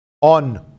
on